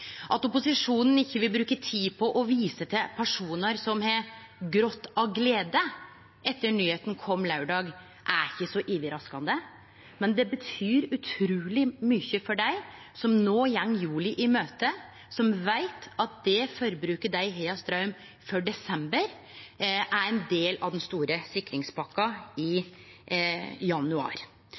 At opposisjonen ikkje vil bruke tid på å vise til personar som har gråte av glede etter at nyheita kom laurdag, er ikkje så overraskande, men det betyr utruleg mykje for dei som no går jula i møte, og som veit at det forbruket dei har av straum for desember, er ein del av den store sikringspakka i januar.